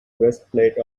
breastplate